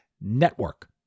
Network